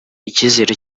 icyizere